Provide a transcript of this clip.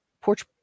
porch